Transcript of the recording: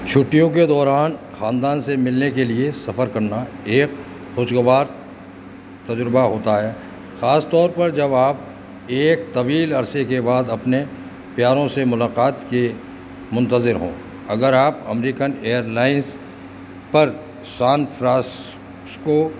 چھٹیوں کے دوران خاندان سے ملنے کے لیے سفر کرنا ایک خوشگوار تجربہ ہوتا ہے خاص طور پر جب آپ ایک طویل عرصے کے بعد اپنے پیاروں سے ملاقات کے منتظر ہوں اگر آپ امریکن ایئرلائنس پر شانفراسسکو